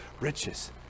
riches